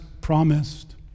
promised